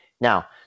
Now